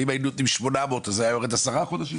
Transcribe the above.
ואם היינו נותנים 800 אז היו יורדים עשרה חודשים,